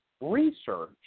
research